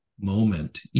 moment